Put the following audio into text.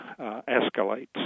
escalates